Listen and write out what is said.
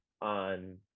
on